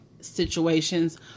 situations